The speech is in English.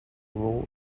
role